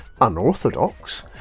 unorthodox